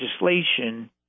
legislation